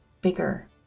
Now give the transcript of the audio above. bigger